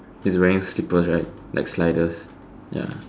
is wearing slippers right like sliders ya